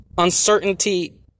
Uncertainty